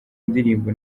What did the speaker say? ndirimbo